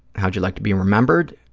how would you like to be remembered?